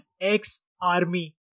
ex-army